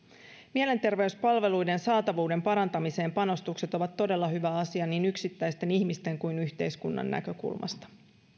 mielenterveyspalveluiden saatavuuden parantamiseen panostukset ovat todella hyvä asia niin yksittäisten ihmisten kuin yhteiskunnan näkökulmasta